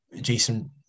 Jason